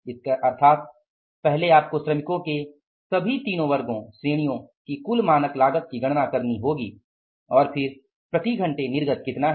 इसका अर्थात पहले आपको श्रमिकों के सभी तीनों वर्गों की कुल मानक लागत की गणना करनी होगी और फिर प्रति घंटे निर्गत कितना है